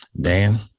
dan